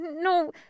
No